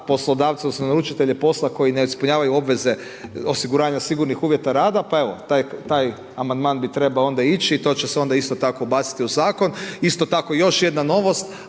poslodavca, odnosno naručitelje posla koji ne ispunjavaju obveze osiguranja sigurnih uvjeta rada, pa evo, taj amandman bi trebao onda ići i to će se onda isto tako ubaciti u zakon. Isto tako i još jedna novost